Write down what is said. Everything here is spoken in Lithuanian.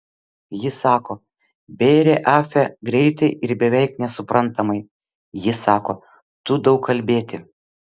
ji sako bėrė afe greitai ir beveik nesuprantamai ji sako tu daug kalbėti